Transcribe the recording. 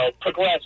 progress